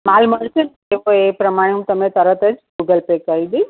માલ મળશે તો હું એ પ્રમાણે તમને તરત જ ગૂગલ પે કરી દઇશ